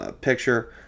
picture